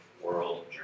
World